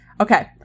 Okay